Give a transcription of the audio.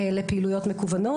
לפעילויות מקוונות,